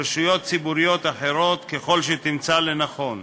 רשויות ציבוריות אחרות, ככל שתמצא לנכון.